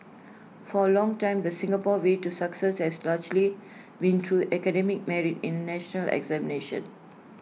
for A long time the Singapore way to success has largely been through academic merit in national examinations